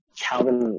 Calvin